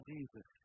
Jesus